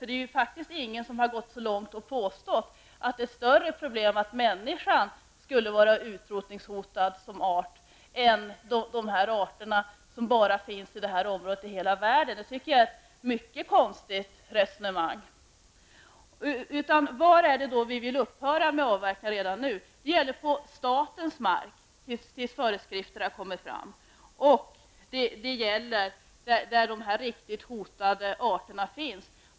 Det är ju faktiskt ingen som har gått så långt som att påstå att det skulle vara ett större problem att människan skulle vara mer utrotningshotad som art än de arter som finns bara i detta området och inte någon annanstans i hela världen. Det tycker jag är ett mycket konstigt resonemang. Var är det då som vi vill upphöra med avverkningar redan nu? Det gäller på statens mark, tills föreskrifter har tagits fram, och det gäller där de här riktigt hotade arterna finns.